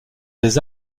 des